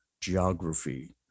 geography